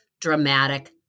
dramatic